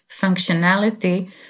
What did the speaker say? functionality